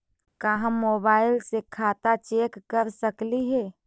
का हम मोबाईल से खाता चेक कर सकली हे?